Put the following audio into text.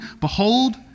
behold